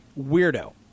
Weirdo